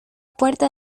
puerta